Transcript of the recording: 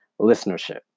listenership